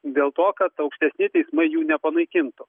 dėl to kad aukštesni teismai jų nepanaikintų